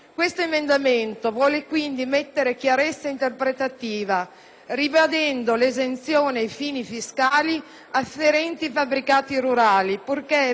ribadendo le esenzioni ai fini fiscali afferenti ai fabbricati rurali purché vengano rispettati tutti i requisiti previsti dalle leggi.